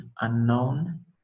unknown